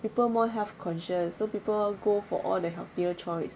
people more health conscious so people go for all the healthier choice